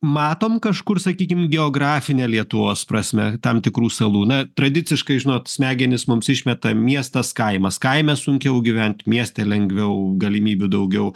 matom kažkur sakykim geografine lietuvos prasme tam tikrų tradiciškai žinot smegenys mums išmeta miestas kaimas kaime sunkiau gyventi mieste lengviau galimybių daugiau